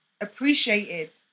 appreciated